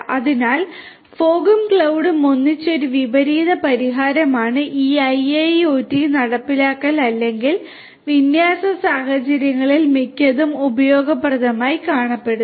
അതിനാൽ fog cloud ഒന്നിച്ച് ഒരു വിപരീത പരിഹാരമാണ് ഈ IIoT നടപ്പിലാക്കൽ അല്ലെങ്കിൽ വിന്യാസ സാഹചര്യങ്ങളിൽ മിക്കതും ഉപയോഗപ്രദമായി കാണപ്പെടുന്നത്